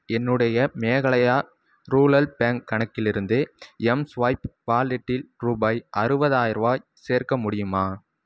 என்னுடைய Meghalaya rural bank கணக்கிலிருந்து எம்ஸ்வைப் வாலெட்டில் ரூபாய் அறுவதாயர ரூவாய் சேர்க்க முடியுமா